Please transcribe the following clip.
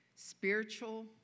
spiritual